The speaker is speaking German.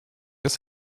des